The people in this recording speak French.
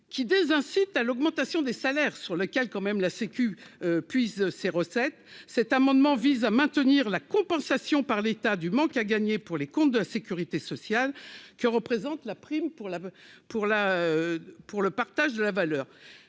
qui des incite à l'augmentation des salaires, sur lequel, quand même, la Sécu puise ses recettes, cet amendement vise à maintenir la compensation par l'État du manque à gagner pour les comptes de la Sécurité sociale que représente la prime pour la pour la pour